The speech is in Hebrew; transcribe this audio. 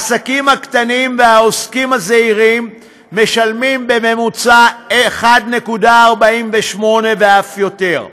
העסקים הקטנים והעוסקים הזעירים משלמים בממוצע 1.48% ואף יותר.